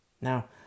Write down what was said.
now